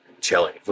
chilling